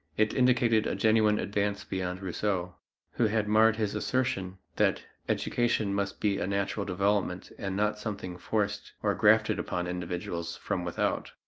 it indicated a genuine advance beyond rousseau, who had marred his assertion that education must be a natural development and not something forced or grafted upon individuals from without,